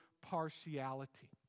partiality